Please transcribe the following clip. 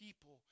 people